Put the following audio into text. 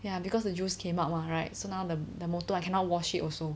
ya because the juice came up right so now the the motor I cannot wash it also